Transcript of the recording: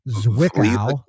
Zwickau